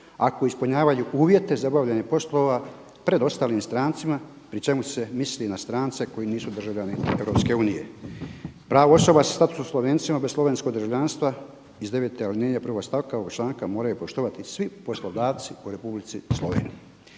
ako ispunjavaju uvjete za obavljanje poslova pred ostalim strancima pri čemu se misli na strance koji nisu državljani EU. Pravo osoba sa statusom Slovencima bez slovenskog državljanstva iz 9. alineje 1. stavka ovog članka moraju poštovati svi poslodavci u Republici Sloveniji“.